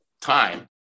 time